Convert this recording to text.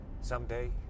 Someday